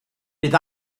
bydd